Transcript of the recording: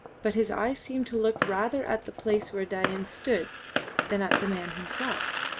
but his eyes seemed to look rather at the place where dain stood than at the man himself.